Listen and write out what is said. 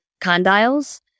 condyles